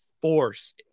force